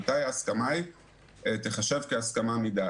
מתי ההסכמה תיחשב כהסכמה מדעת,